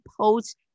post